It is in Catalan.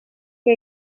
que